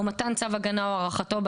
או מתן צו הגנה או הארכתו,